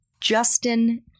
Justin